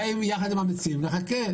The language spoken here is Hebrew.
ואולי יחד עם המציעים נחכה,